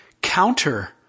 counter